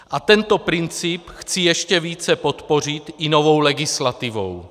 A tento princip chci ještě více podpořit i novou legislativou.